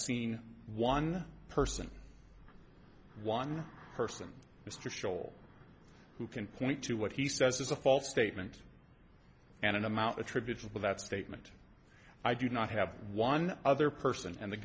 seen one person one person mr schol who can point to what he says is a false statement and an amount attributable that statement i do not have one other person and the